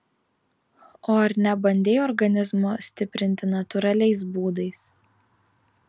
o ar nebandei organizmo stiprinti natūraliais būdais